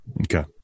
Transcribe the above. Okay